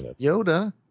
Yoda